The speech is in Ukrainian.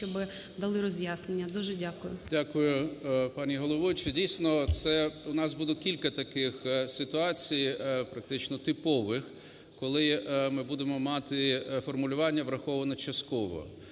щоб дали роз'яснення. Дуже дякую. 12:51:20 НЕМИРЯ Г.М. Дякую, пані головуюча! Дійсно, це у нас буде кілька таких ситуацій, практично типових, коли ми будемо мати формулювання "враховано частково".